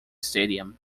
stadium